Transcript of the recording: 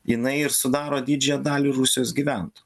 jinai ir sudaro didžiąją dalį rusijos gyventojų